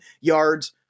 yards